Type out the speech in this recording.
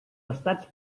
estats